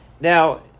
Now